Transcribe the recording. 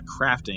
crafting